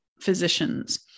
physicians